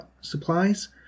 supplies